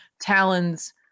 talon's